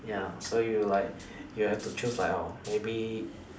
ya so you like you have to choose like oh maybe